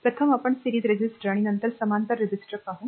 प्रथम आपण series resistor आणि नंतर समांतर रेझिस्टर पाहू